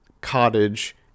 cottage